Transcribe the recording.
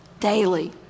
daily